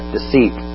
deceit